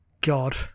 God